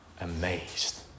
amazed